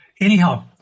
Anyhow